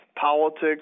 politics